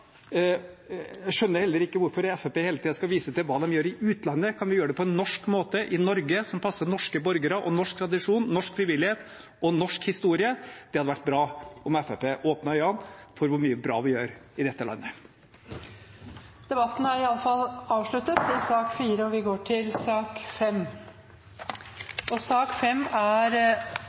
Jeg skjønner heller ikke hvorfor Fremskrittspartiet hele tiden skal vise til hva man gjør i utlandet, hvis vi kan gjøre det på en norsk måte, i Norge, som passer norske borgere og norsk tradisjon, norsk frivillighet og norsk historie. Det hadde vært bra om Fremskrittspartiet åpnet øynene for hvor mye bra vi gjør i dette landet. Flere har ikke bedt om ordet til sak nr. 4. Etter ønske fra familie- og